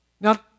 Now